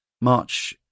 March